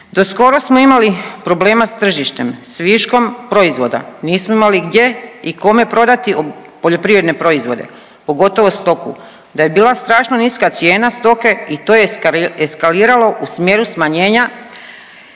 Do skoro smo imali problema s tržištem s viškom proizvoda, nismo imali gdje i kome prodati poljoprivredne proizvode, pogotovo stoku, da je bila strašno niska cijena stoke i to je eskaliralo u smjeru smanjenja